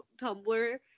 Tumblr